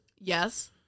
Yes